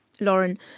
Lauren